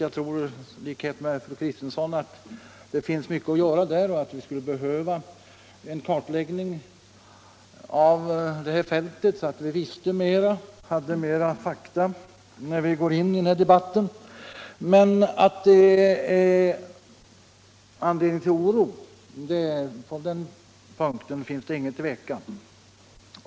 Jag tror, i likhet med fru Kristensson, att det finns mycket att göra när det är fråga om att erhålla fakta om det verkliga förhållandet på narkotikaområdet. Vi skulle behöva en kartläggning av hela fältet så att vi visste mer, hade mer kunskap när vi går in i den här debatten. Men så mycket vet vi redan, att det finns anledning till oro.